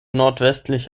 nordwestlich